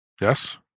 yes